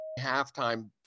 halftime